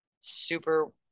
super